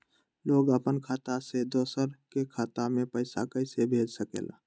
लोग अपन खाता से दोसर के खाता में पैसा कइसे भेज सकेला?